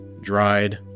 dried